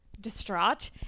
distraught